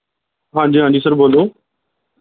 ਹਾਂਜੀ ਹਾਂਜੀ ਸਰ ਬੋਲੋ